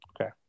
Okay